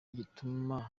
gituma